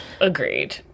Agreed